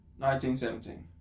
1917